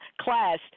Class